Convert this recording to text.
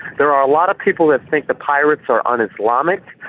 there are a lot of people that think the pirates are un-islamic,